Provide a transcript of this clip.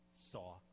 saw